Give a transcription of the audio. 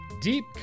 Deep